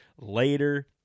later